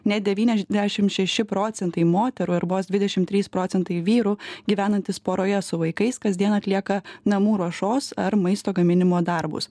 net devyniasdešim šeši procentai moterų ir vos dvidešim trys procentai vyrų gyvenantys poroje su vaikais kasdien atlieka namų ruošos ar maisto gaminimo darbus